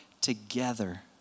together